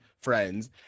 friends